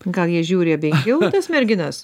gal jie žiūri abejingiau į tas merginas